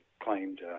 claimed